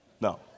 No